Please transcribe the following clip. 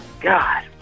God